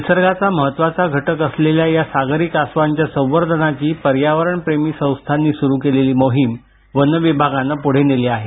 निसर्गाचा महत्वाचा घटक असलेल्या या सागरी कासवांच्या संवर्धनाची पर्यावरणप्रेमी संस्थांनी सूर केलेली मोहीम वन विभागानं प्ढे नेली आहे